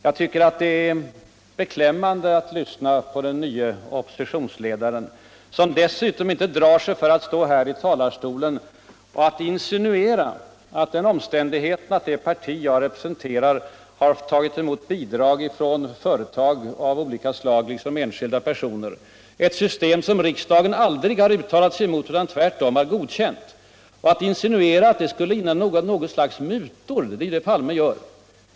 Jag tycker avu det är beklämmande att lyssna till den nye oppositionsledaren, som dessutom inte drar sig tför att här I talarstolen insinuera att den omständigheten att det parti jag representerar har erhållit bidrag från företag av olika slag och från enskilda personer - ett system som riksdagen aldrig har uttalat sig mot utan tvärtom har Allmänpolitisk debatt Allmänpolitisk debatt godkänt — skulle innebära att vi tagit emot något slags mutor. Det är ju det herr Palme säger.